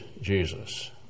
Jesus